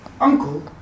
uncle